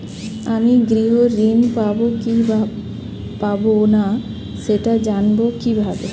আমি গৃহ ঋণ পাবো কি পাবো না সেটা জানবো কিভাবে?